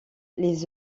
les